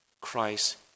Christ